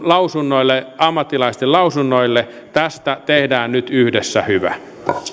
lausunnoille ammattilaisten lausunnoille tästä tehdään nyt yhdessä hyvä